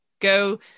go